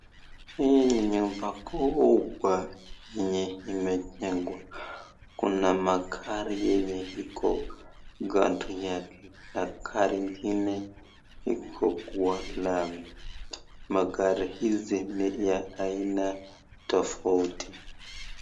Hii ni nyumba kubwa yenye imejengwa. Kuna magari yenye iko kando yake na gari ingine iko kwa lami. Magari hizi ni ya aina tofauti.